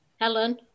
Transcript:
Helen